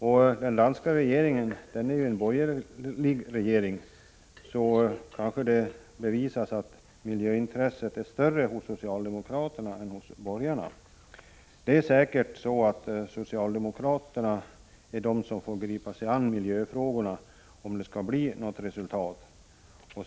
Och den danska regeringen är ju borgerlig, vilket kanske bevisar att miljöintresset är större hos socialdemokraterna än hos borgarna. Det är säkert så att socialdemokraterna är de som får gripa sig an miljöfrågorna om det skall bli något resultat.